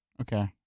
Okay